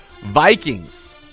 Vikings